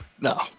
no